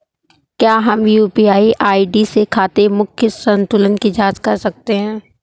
क्या हम UPI ID से खाते के मूख्य संतुलन की जाँच कर सकते हैं?